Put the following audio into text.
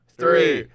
three